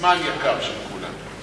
זמן יקר של כולם.